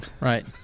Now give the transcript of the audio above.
right